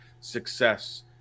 success